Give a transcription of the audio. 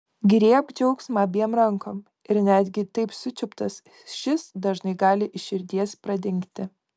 griebk džiaugsmą abiem rankom ir netgi taip sučiuptas šis dažnai gali iš širdies pradingti